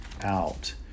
out